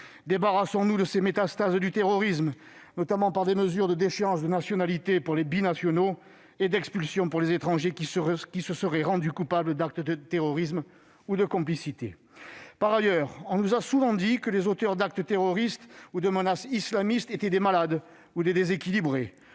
Débarrassons-nous de ces métastases du terrorisme, notamment par des mesures de déchéance de nationalité pour les binationaux, et d'expulsion pour les étrangers qui se seraient rendus coupables d'actes terroristes ou de complicité. On nous a souvent dit par ailleurs que les auteurs d'actes terroristes ou de menaces islamistes étaient des malades ou des déséquilibrés.